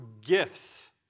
gifts